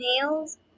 nails